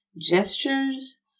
gestures